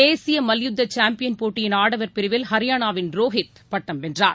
தேசிய மல்யுத்த சாம்பியன் போட்டியின் ஆடவர் பிரிவில் ஹரியானாவின் ரோஹித் பட்டம் வென்றார்